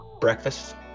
breakfast